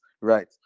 right